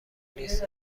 نیست